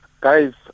Guys